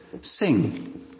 Sing